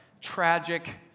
tragic